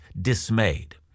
dismayed